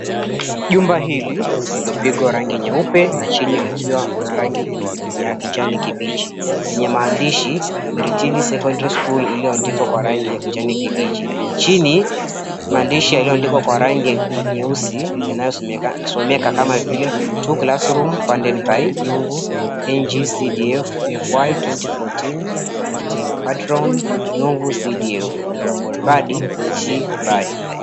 Jumba hili lililopigwa rangi nyeupe na chini likiwa na rangi ya kijani kibichi yenye maandishi, Miritini Secondary School iliyoandikwa kwa rangi ya kijani kibichi. Chini maandishi yaliyoandikwa kwa rangi nyeusi yanayosomeka kama vile, Two classrooms funded by Jomvu NGCDF FY 2014/15 Patron Jomvu CDF Honorable Badi T Bady.